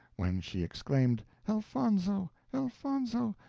when she exclaimed, elfonzo! elfonzo!